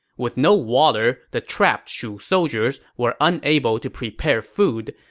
with no water, the trapped shu soldiers were unable to prepare food,